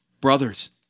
brothers